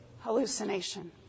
hallucination